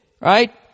Right